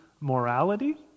morality